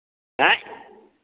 हएँ